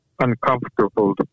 uncomfortable